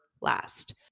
last